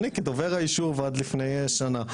אני כדובר היישוב עד לפני שנה.